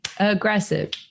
Aggressive